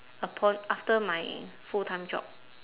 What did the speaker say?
upon after my full-time job